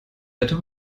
wetter